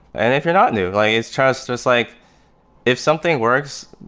and if you're not new, like it's just just like if something works,